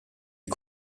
est